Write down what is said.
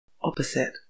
opposite